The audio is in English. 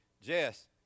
Jess